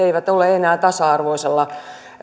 eivät ole enää tasa arvoisella